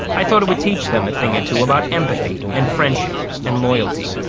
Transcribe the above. i thought it would teach them a thing or two about empathy, and friendship, and loyalty.